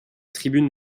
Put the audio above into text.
tribune